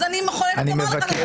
אז אני מוכרחה לומר לך.